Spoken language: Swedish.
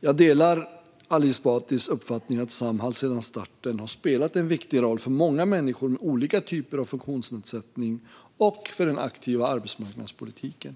Jag delar Ali Esbatis uppfattning att Samhall sedan starten har spelat en viktig roll för många människor med olika typer av funktionsnedsättning och för den aktiva arbetsmarknadspolitiken.